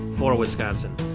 for wisconsin.